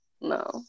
No